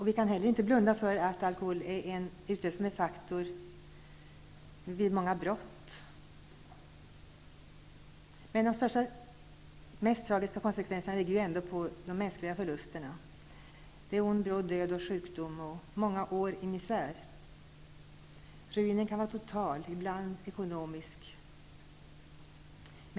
Vi kan heller inte blunda för att alkohol är en faktor vid många brott. Men de mest tragiska konsekvenserna är ändå de mänskliga förlusterna. Det är ond bråd död, sjukdom och många år i misär som kan vara total.